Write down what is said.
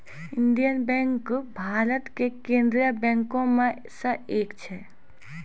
Indian Bank Bharat के केन्द्रीय बैंको मे से एक छै